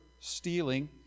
stealing